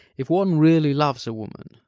if one really loves a woman,